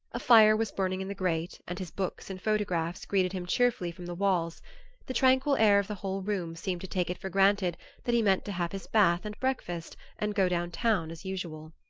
a fire was burning in the grate and his books and photographs greeted him cheerfully from the walls the tranquil air of the whole room seemed to take it for granted that he meant to have his bath and breakfast and go down town as usual.